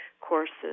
courses